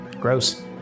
Gross